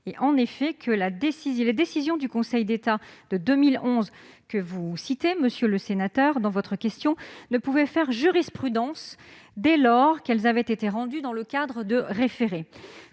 être clarifiée et les décisions du Conseil d'État de 2011, que vous citez dans votre question, ne pouvaient faire jurisprudence, dès lors qu'elles avaient été rendues dans le cadre de référés.